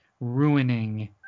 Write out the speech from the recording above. ruining